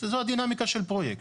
זאת הדינמיקה של פרויקט.